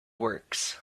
works